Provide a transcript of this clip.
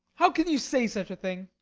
how can you say such a thing?